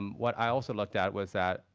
um what i also looked at was that,